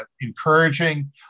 encouraging